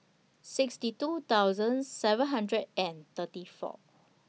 sixty two thousand seven hundred and thirty four